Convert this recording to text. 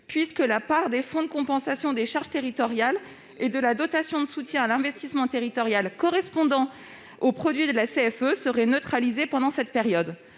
puisque la part des fonds de compensation des charges territoriales et de la dotation de soutien à l'investissement territorial correspondant au produit de la CFE serait neutralisée pendant cette période.